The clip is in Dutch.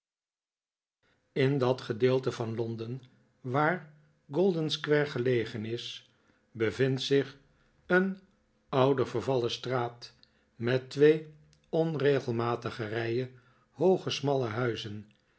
in dat gedeelte van londen waar golden-square gelegen is bevindt zich een oude vervallen straat met twee onregelmatige rijen hooge smalle huizen